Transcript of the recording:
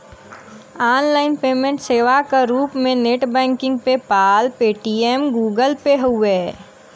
online payment सेवा क रूप में net banking PayPal, Paytm, Google Pay हउवे